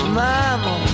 mama